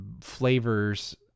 flavors